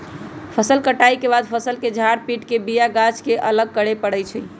फसल कटाइ के बाद फ़सल के झार पिट के बिया गाछ के अलग करे परै छइ